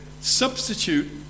substitute